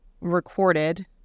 recorded